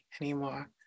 anymore